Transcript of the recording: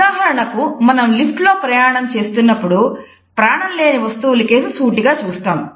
ఉదాహరణకు మనం లిఫ్ట్ లో ప్రయాణం చేస్తున్నప్పుడు ప్రాణం లేని వస్తువులకేసి సూటిగా చూస్తాము